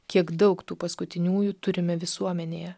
kiek daug tų paskutiniųjų turime visuomenėje